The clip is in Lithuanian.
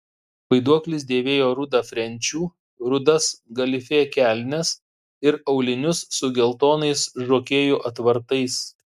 vaiduoklis dėvėjo rudą frenčių rudas galifė kelnes ir aulinius su geltonais žokėjų atvartais